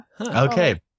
okay